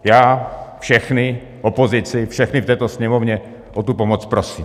Já všechny, opozici, všechny v této Sněmovně o tu pomoc prosím.